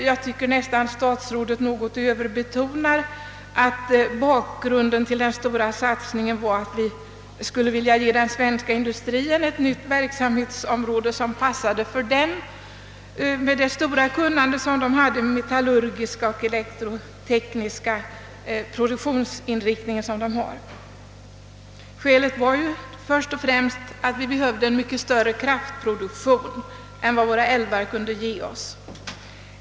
Jag tycker nästan att herr statsrådet överbetonar det förhållandet, att bakgrunden till den stora satsningen också var att vi skulle vilja ge den svenska industrin ett nytt verksamhetsområde som skulle passa för den med dess produktionsinriktning och stora kunnande på det metallurgiska och elektrotekniska fältet. Skälet var ju först och främst att vi behövde en mycket större kraftproduktion än vad våra älvar kunde ge oss.